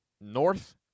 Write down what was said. north